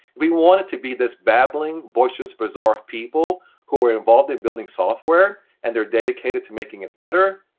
we want it to be this babbling boisterous bazaar of people who are involved in building software and they're dedicated to making it better,